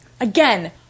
Again